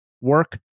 work